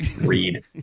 read